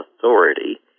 authority